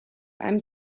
einem